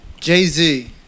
Jay-Z